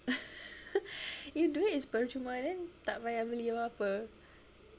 if duit is percuma then tak payah beli apa-apa